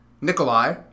Nikolai